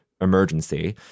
emergency